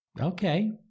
okay